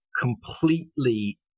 completely